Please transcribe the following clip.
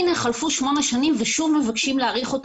הנה חלפו שמונה שנים ושוב מבקשים להאריך אותו